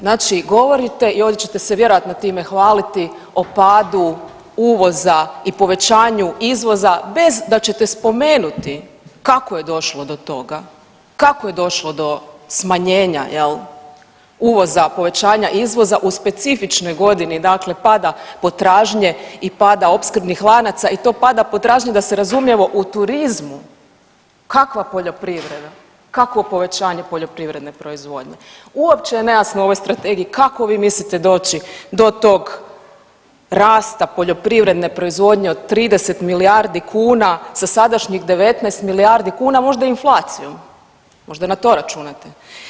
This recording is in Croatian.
Znači govorite i ovdje ćete se vjerojatno time hvaliti o padu uvoza i povećanju izvoza bez da ćete spomenuti kako je došlo do toga, kako je došlo do smanjenja jel uvoza i povećanja izvoza u specifičnoj godini, dakle pada potražnje i pada opskrbnih lanaca i to pada potražnje da se razumijemo u turizmu, kakva poljoprivreda, kakvo povećanje poljoprivredne proizvodnje, uopće je nejasno u ovoj strategiji kako vi mislite doći do tog rasta poljoprivredne proizvodnje od 30 milijardi kuna sa sadašnjih 19 milijardi kuna, možda inflacijom, možda na to računate.